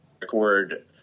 record